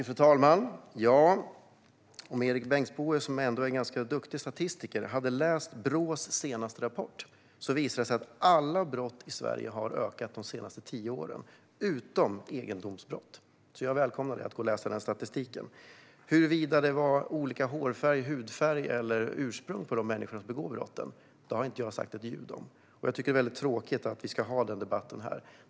Fru talman! Om Erik Bengtzboe, som ändå är en ganska duktig statistiker, hade läst Brås senaste rapport hade han vetat att alla brott utom egendomsbrott har ökat i Sverige de senaste tio åren. Jag välkomnar alltså att han läser statistiken. Huruvida de människor som begår brotten har olika hårfärg, hudfärg eller ursprung har jag inte sagt ett ljud om, och jag tycker att det är väldigt tråkigt om vi ska ha den debatten här.